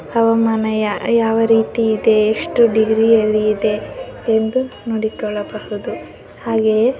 ಹವಾಮಾನ ಯಾವ ರೀತಿ ಇದೆ ಎಷ್ಟು ಡಿಗ್ರಿಯಲ್ಲಿ ಇದೆ ಎಂದು ನೋಡಿಕೊಳ್ಳಬಹುದು ಹಾಗೆಯೇ